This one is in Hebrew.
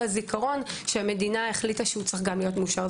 הזיכרון שהמדינה החליטה שגם הוא צריך להיות מאושר.